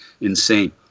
insane